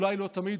אולי לא תמיד,